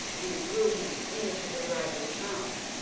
and drew him into the dragon's mouth,